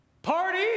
Party